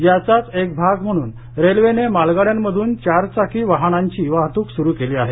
याचाच एक भाग म्हणून रेल्वे ने मालागड्या मधन् चार चाकी वहांनाची वाहतूक सुरु केली आहे